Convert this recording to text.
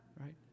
right